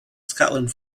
scotland